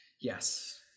Yes